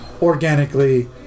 organically